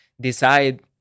decide